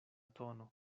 tono